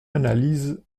analyse